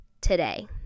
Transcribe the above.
today